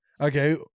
Okay